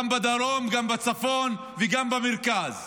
גם בדרום, גם בצפון וגם במרכז.